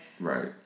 Right